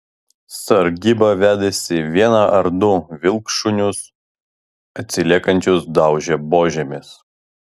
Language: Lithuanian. sargyba vedėsi vieną ar du vilkšunius atsiliekančius daužė buožėmis